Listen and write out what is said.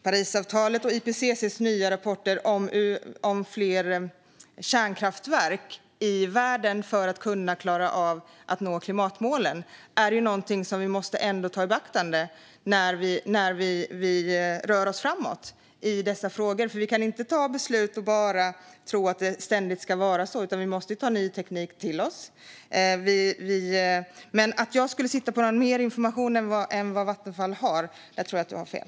Parisavtalet och IPCC:s nya rapport om fler kärnkraftverk i världen för att kunna klara av klimatmålen måste tas i beaktande när vi rör oss framåt i dessa frågor. Vi kan inte ta beslut och tro att det ständigt ska vara så, utan vi måste ta till oss ny teknik. Men att jag skulle sitta på mer information än Vattenfall, där har du fel.